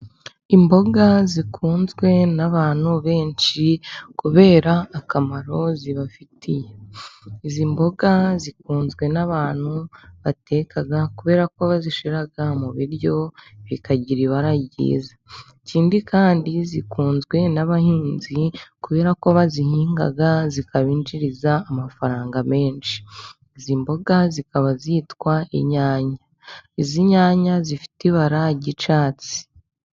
Imboga zikunzwe n'abantu benshi kubera akamaro zibafitiye. Izi mboga zikunzwe n'abantu bateka, kubera ko bazishyira mu biryo bikagira ibara ryiza. Ikindi kandi zikunzwe n'abahinzi kubera ko bazihinga zikabinjiriza amafaranga menshi. Izi mboga zikaba zitwa inyanya. Izi nyanya zifite ibara ry'icyatsi.